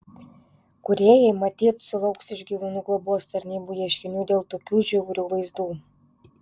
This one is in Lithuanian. kūrėjai matyt sulauks iš gyvūnų globos tarnybų ieškinių dėl tokių žiaurių vaizdų